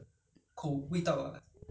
ah so the